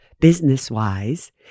business-wise